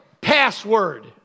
password